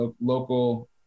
local